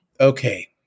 Okay